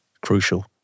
crucial